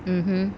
mmhmm